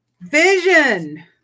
Vision